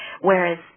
Whereas